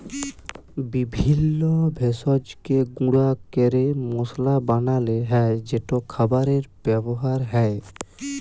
বিভিল্য ভেষজকে গুঁড়া ক্যরে মশলা বানালো হ্যয় যেট খাবারে ব্যাবহার হ্যয়